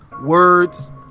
words